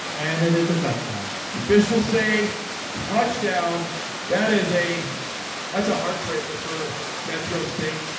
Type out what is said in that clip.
and it is a touchdown the officials say touchdown that is a that's a heartbreaker for metro state.